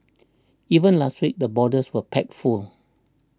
even last week the borders were packed full